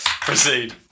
Proceed